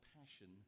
passion